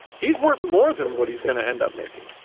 he's worth more than what he's gonna end up making.